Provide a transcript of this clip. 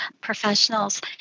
professionals